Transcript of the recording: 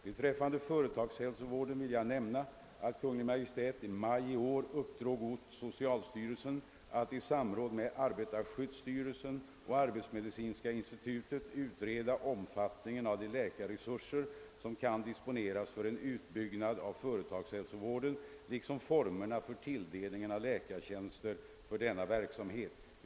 Beträffande företagshälsovården vill jag nämna, att Kungl. Maj:t i maj i år uppdrog åt socialstyrelsen att i samråd med arbetarskyddsstyrelsen och arbetsmedicinska institutet utreda omfattningen av de läkarresurser som kan dis poneras för en utbyggnad av företagshälsovården liksom formerna för tilldelningen av läkartjänster för denna verksamhet.